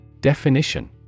Definition